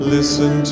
Listen